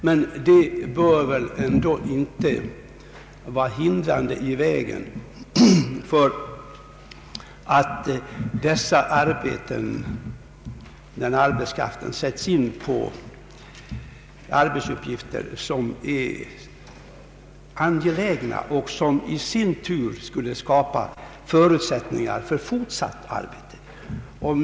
Men detta bör väl ändå inte lägga hinder i vägen för att arbetskraften sätts in på arbetsuppgifter som är angelägna och som i sin tur skulle skapa förutsättningar för fortsatt sysselsättning.